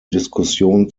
diskussion